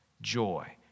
joy